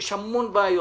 יש המון בעיות.